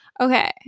okay